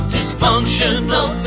Dysfunctional